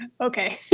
Okay